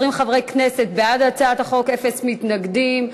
20 חברי כנסת בעד הצעת החוק, אפס מתנגדים.